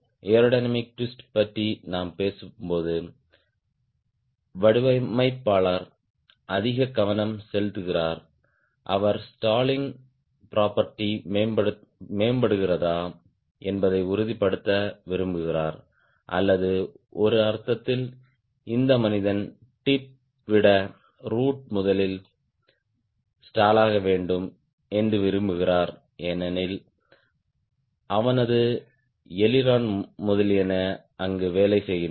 aerodynamic twist பற்றி நாம் பேசும்போது வடிவமைப்பாளர் அதிக கவனம் செலுத்துகிறார் அவர் ஸ்டாலிங் ப்ரொபேட்டி மேம்படுகிறதா என்பதை உறுதிப்படுத்த விரும்புகிறார் அல்லது ஒரு அர்த்தத்தில் இந்த மனிதன் டிப் விட ரூட் முதலில் ஸ்டாலாக வேண்டும் என்று விரும்புகிறார் ஏனெனில் அவனது அய்லிரோன் முதலியன அங்கு வேலை செய்கின்றன